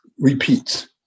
repeats